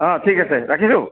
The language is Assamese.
অঁ ঠিক আছে ৰাখিছোঁ